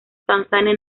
tanzania